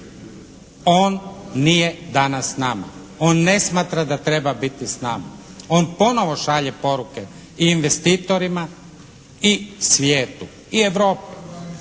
on nije danas s nama. On ne smatra da treba biti s nama. On ponovo šalje poruke i investitorima i svijetu i Europi,